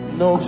no